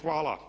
Hvala.